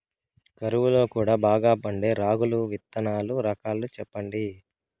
కరువు లో కూడా బాగా పండే రాగులు విత్తనాలు రకాలు చెప్పండి?